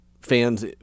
fans